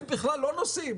הם בכלל לא נוסעים,